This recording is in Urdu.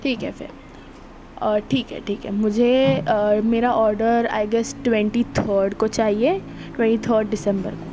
ٹھیک ہے فر ٹھیک ہے ٹھیک ہے مجھے میرا order I guess twenty third کو چاہیے ٹونٹی تھرڈ ڈسمبر کو